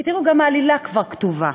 כי תראו, גם העלילה כבר כתובה,